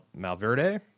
Malverde